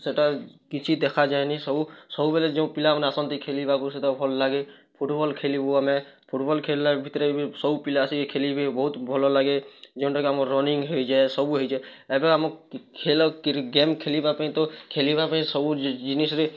ସେଟା କିଛି ଦେଖାଯାଏନି ସବୁ ସବୁବେଳେ ଯେଉଁ ପିଲାମନେ ଆସନ୍ତି ଖେଳିବାକୁ ସେତ ଭଲଲାଗେ ଫୁଟବଲ୍ ଖେଲିବୁ ଆମେ ଫୁଟବଲ୍ ଖେଲ୍ଲା ଭିତରେ ବି ସବୁ ପିଲା ଆସିକି ଖେଲିବେ ବହୁତ ଭଲଲାଗେ ଯେନ୍ଟାକି ଆମର ରନିଙ୍ଗ୍ ହେଇଯାଏ ସବୁ ହେଇଯାଏ ଏବେ ଆମକୁ କି ଖେଲ କିର ଗେମ୍ ଖେଲିବା ପାଇଁ ତ ଖେଲିବା ପାଇଁ ସବୁ ଜି ଜିନିଷରେ